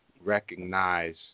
recognize